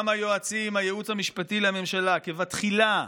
גם היועצים, הייעוץ המשפטי לממשלה, כבתחילה,